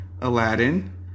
Aladdin